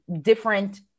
different